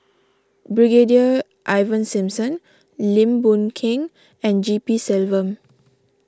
Brigadier Ivan Simson Lim Boon Keng and G P Selvam